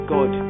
God